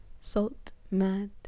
salt-mad